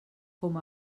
com